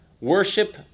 Worship